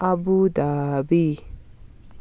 Abu Dhabi